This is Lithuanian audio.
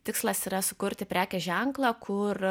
tikslas yra sukurti prekės ženklą kur